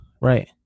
Right